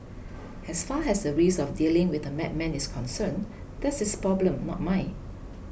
as far as the risk of dealing with a madman is concerned that's his problem not mine